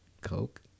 Coke